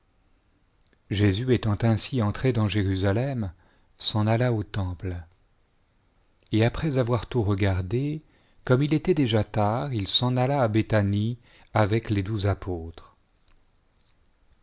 jésus étant ainsi entré dans jérusalem sen alla au evangile temple et après avoir tout regardé comme il était déjà tard il s'en alla à béthanie avec les douze apôtres